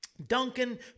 duncan